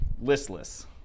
listless